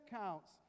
counts